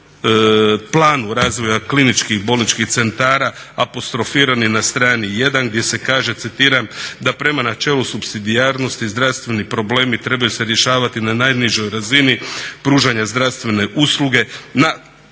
planu razvoja kliničkih bolničkih centara apostrofirani na strani jedan gdje se kaže citiram da "prema načelu supsidijarnosti zdravstveni problemi trebaju se rješavati na najnižoj razini pružanja zdravstvene usluge" na